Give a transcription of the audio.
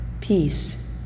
Peace